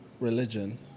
religion